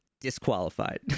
disqualified